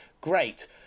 Great